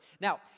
Now